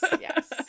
Yes